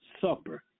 supper